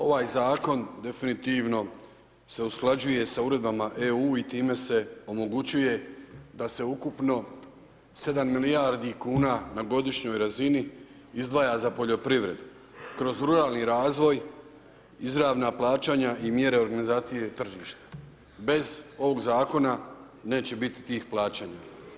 Ovaj zakon definitivno se usklađuje sa uredbama EU i time se omogućuje da se ukupno 7 milijardi kuna na godišnjoj razini izdvaja za poljoprivredu kroz ruralni razvoj, izravna plaćanja i mjere organizacije tržišta, bez ovog zakona neće biti tih plaćanja.